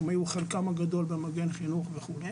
הם היו חלקם הגדול במגן חינוך וכולי